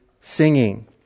singing